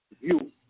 view